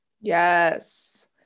yes